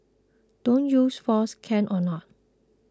don't use force can or not